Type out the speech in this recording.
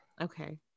Okay